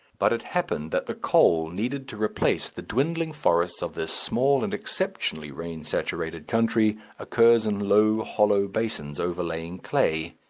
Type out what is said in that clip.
but it happened that the coal needed to replace the dwindling forests of this small and exceptionally rain-saturated country occurs in low hollow basins overlying clay,